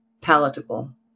palatable